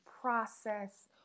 process